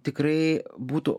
tikrai būtų